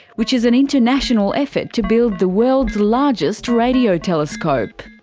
which is an international effort to build the world's largest radio telescope.